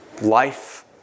life